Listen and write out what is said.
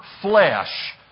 flesh